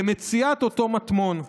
למציאת אותו מטמון.